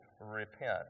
repent